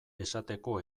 esateko